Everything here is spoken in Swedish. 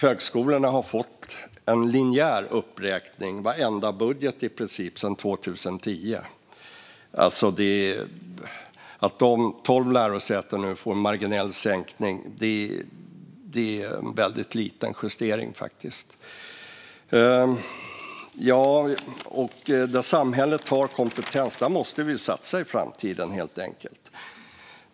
Högskolorna har i princip fått en linjär uppräkning i varenda budget sedan 2010. Att tolv lärosäten nu får en marginell sänkning är faktiskt en väldigt liten justering. Där samhället har behov av kompetens, där måste det helt enkelt satsas i framtiden.